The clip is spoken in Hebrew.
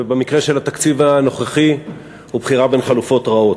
ובמקרה של התקציב הנוכחי הוא בחירה בין חלופות רעות.